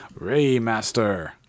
Raymaster